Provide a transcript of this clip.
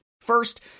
First